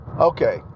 okay